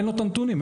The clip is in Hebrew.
אין לו את הנתונים.